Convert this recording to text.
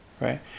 right